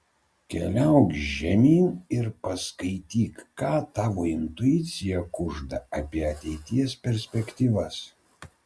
keliauk žemyn ir paskaityk ką tavo intuicija kužda apie ateities perspektyvas